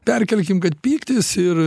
perkelkim kad pyktis ir